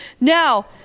Now